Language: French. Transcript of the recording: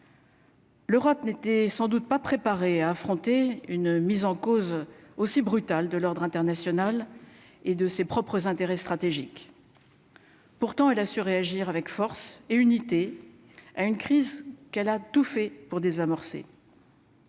L'Europe n'était sans doute pas préparé à affronter une mise en cause aussi brutale de l'ordre international et de ses propres intérêts stratégiques, pourtant, elle a su réagir avec force et unité à une crise qu'elle a tout fait pour désamorcer.